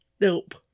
Nope